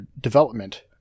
development